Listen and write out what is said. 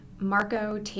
Marco